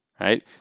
right